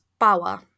Bawa